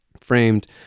framed